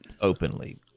openly